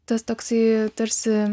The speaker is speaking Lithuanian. tas toksai tarsi